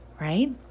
right